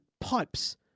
pipes